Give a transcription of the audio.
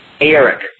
Eric